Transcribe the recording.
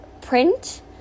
print